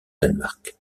danemark